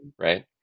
Right